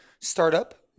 startup